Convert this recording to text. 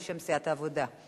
בשם סיעת העבודה,